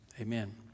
Amen